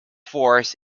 forest